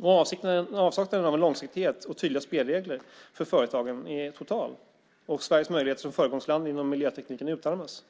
Avsaknaden av en långsiktighet och tydliga spelregler för företagen är total. Sveriges möjligheter som föregångsland inom miljöteknik utarmas.